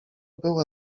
była